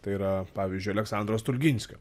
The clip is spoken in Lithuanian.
tai yra pavyzdžiui aleksandro stulginskio